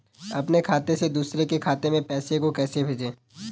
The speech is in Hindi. अपने खाते से दूसरे के खाते में पैसे को कैसे भेजे?